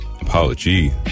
apology